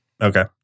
Okay